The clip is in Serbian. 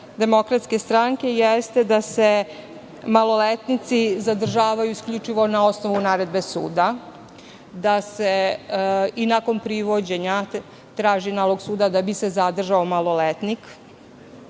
poslanici DS jeste da se maloletnici zadržavaju isključivo na osnovu naredbe suda, da se i nakon privođenja traži nalog suda da bi se zadržao maloletnik,